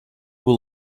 will